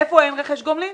איפה אין רכש גומלין?